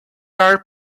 are